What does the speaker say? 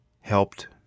helped